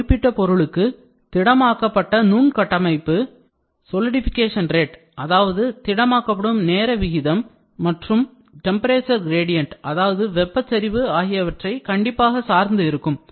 ஒரு குறிப்பிட்ட பொருளுக்கு திடம் ஆக்கப்பட்ட நுண் கட்டமைப்பு solidification rate அதாவது திடமாக்கப்படும் நேர விகிதம்மற்றும் temperature gradient அதாவது வெப்பச் சரிவு ஆகியவற்றை கண்டிப்பாக சார்ந்து இருக்கும்